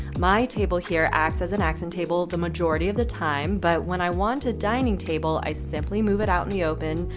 my table here acts as an accent and table the majority of the time. but when i want a dining table, i simply move it out in the open,